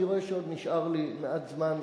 אני רואה שעוד נשאר לי מעט זמן,